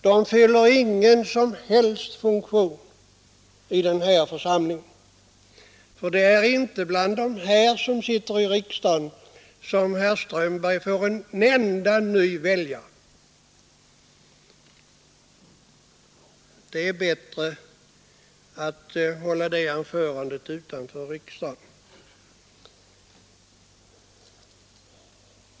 De fyller ingen som helst funktion i den här församlingen. Herr Strömberg kan inte vinna en enda ny väljare här. Det är bättre att han håller sådana anföranden utanför riksdagen.